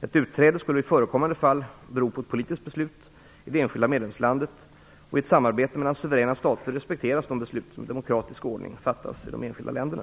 Ett utträde skulle i förekommande fall bero på ett politiskt beslut i det enskilda medlemslandet, och i ett samarbete mellan suveräna stater respekteras de beslut som i demokratisk ordning fattas i de enskilda länderna.